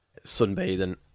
sunbathing